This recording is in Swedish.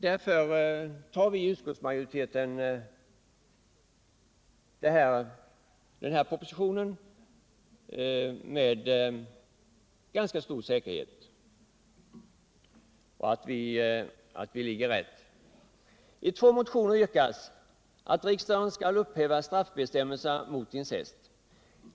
Vi har därför i utskottsmajoriteten anslutit oss till propositionens förslag. I två motioner yrkas att riksdagen skall upphäva straffbestämmelserna mot incest.